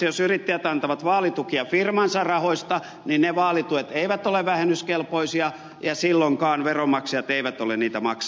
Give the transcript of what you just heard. jos yrittäjät antavat vaalitukea firmansa rahoista niin ne vaalituet eivät ole vähennyskelpoisia ja silloinkaan veronmaksajat eivät ole niitä maksamassa